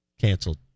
canceled